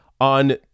on